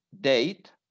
date